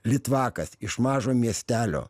litvakas iš mažo miestelio